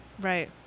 Right